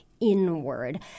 inward